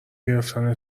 گرفتن